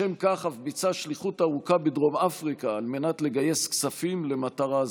לשם כך אף ביצע שליחות ארוכה בדרום אפריקה על מנת לגייס כספים למטרה זו.